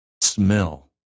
smell